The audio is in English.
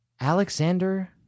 Alexander